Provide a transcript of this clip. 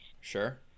Sure